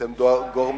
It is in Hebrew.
אתם גורמים,